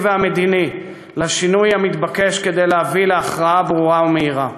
והמדיני לשינוי המתבקש כדי להביא להכרעה ברורה ומהירה.